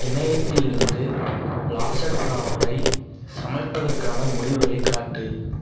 இணையத்திலிருந்து லாசக்னாவை சமைப்பதற்கான முடிவுகளைக் காட்டு